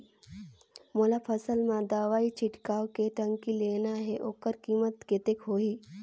मोला फसल मां दवाई छिड़काव के टंकी लेना हे ओकर कीमत कतेक होही?